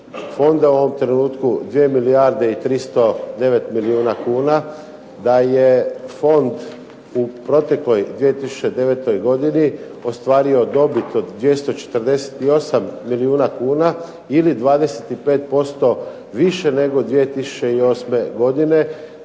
Fonda u ovom trenutku 2 milijarde i 309 milijuna kuna. Da je Fond u protekloj 2009. godini ostvario dobit od 248 milijuna kuna ili 25% više nego 2008. godine